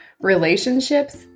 relationships